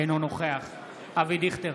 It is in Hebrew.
אינו נוכח אבי דיכטר,